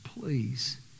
please